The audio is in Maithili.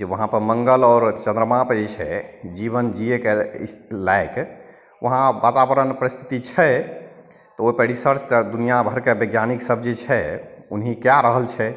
जे वहाँपर मङ्गल आओर चन्द्रमापर जे छै जीवन जियैके इस्थ लायक वहाँ वातावरण परिस्थिति छै तऽ ओहिपर रिसर्च तऽ दुनिआँ भरिके वैज्ञानिकसभ जे छै उन्हीँ कए रहल छै